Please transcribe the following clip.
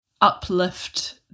uplift